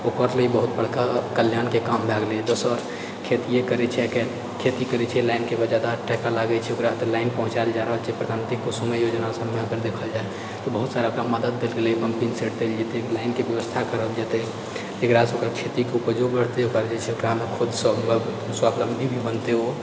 ओकर लेल ई बहुत बड़का कल्याणके काम भए गेलै दोसर खेतिए करै छै आइकाल्हि खेती करै छै लाइन के बचत आर टाका लागै छै ओकरा तऽ लाइन पहुँचायल जाए रहल छै प्रधानमन्त्री कुसुम योजनासऽ ओकरा ओना देखल जाए तऽ बहुत सारा ओकरा मदद देल गेलै पम्पिङ्ग सेट देल जेतै लाइनके व्यवस्था करल जेतै एकरा सऽ ओकर खेतीक उपजो बढ़तै ओकरा जे छै ओकरामे खुदसऽ स्वावलम्बी भी बनतै ओ